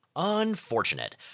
unfortunate